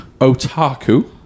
otaku